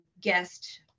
guest